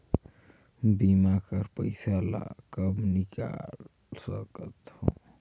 बीमा कर पइसा ला कब निकाल सकत हो?